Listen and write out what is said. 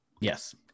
Yes